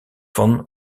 von